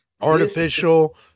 Artificial